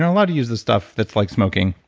ah allowed to use this stuff. that's like smoking.